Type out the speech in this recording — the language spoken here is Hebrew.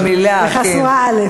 רק חסרה אל"ף במילה,